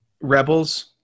Rebels